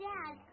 Dad